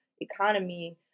economy